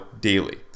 daily